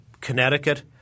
Connecticut